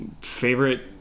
favorite